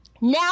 Now